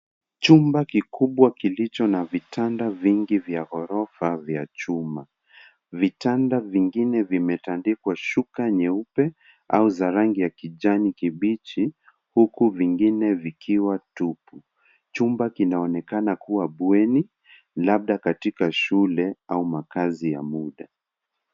Chumba kikubwa kilicho na vitanda vingi vya ghorofa vya chuma. Vitanda vingine vimetandikwa shuka nyeupe au za rangi ya kijani kibichi huku vingine vikiwa tupu. Chumba kinaonekana kuwa bweni labda katika shule au makazi ya muda.